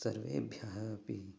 सर्वेभ्यः अपि